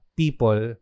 people